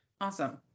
Awesome